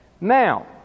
Now